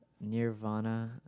Nirvana